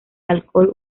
alcohol